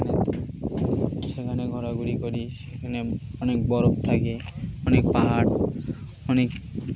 সেখানে ঘোরাঘুরি করি সেখানে অনেক বরফ থাকে অনেক পাহাড় অনেক